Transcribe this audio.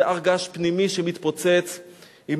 זה הר געש פנימי, שמתפוצץ בהשהיה.